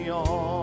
on